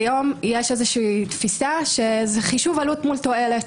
כיום יש תפיסה שזה חישוב עלות מול תועלת.